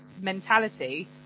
mentality